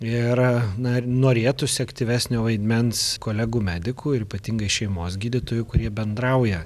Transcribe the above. ir na norėtųsi aktyvesnio vaidmens kolegų medikų ir ypatingai šeimos gydytojų kurie bendrauja